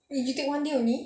eh you take one day only